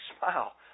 smile